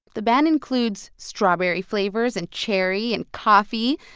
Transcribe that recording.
the ban includes strawberry flavors and cherry and coffee,